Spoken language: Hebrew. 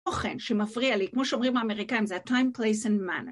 או כן, שמפריע לי, כמו שאומרים האמריקאים, זה ה-time, place and manner.